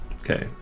Okay